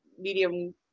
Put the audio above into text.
medium